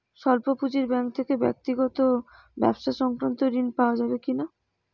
স্বল্প পুঁজির ব্যাঙ্ক থেকে ব্যক্তিগত ও ব্যবসা সংক্রান্ত ঋণ পাওয়া যাবে কিনা?